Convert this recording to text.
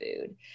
food